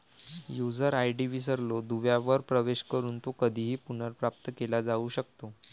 user ID विसरलो दुव्यावर प्रवेश करून तो कधीही पुनर्प्राप्त केला जाऊ शकतो